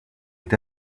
est